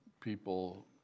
people